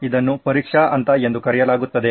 ಇದನ್ನು ಪರೀಕ್ಷಾ ಹಂತ ಎಂದು ಕರೆಯಲಾಗುತ್ತದೆ